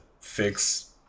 fix